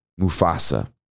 Mufasa